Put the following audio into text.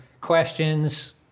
questions